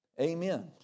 Amen